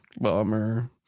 Bummer